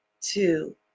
two